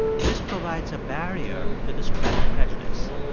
this provides a barrier to the spread of prejudice.